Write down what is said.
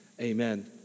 Amen